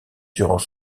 durant